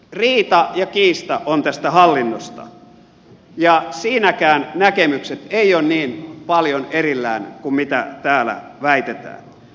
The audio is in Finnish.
riita ja kiista on tästä hallinnosta ja siinäkään näkemykset eivät ole niin paljon erillään kuin täällä väitetään